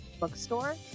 bookstore